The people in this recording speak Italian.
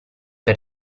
per